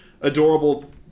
adorable